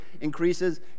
increases